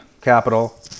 capital